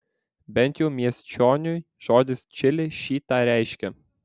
bent jau miesčioniui žodis čili šį tą reiškia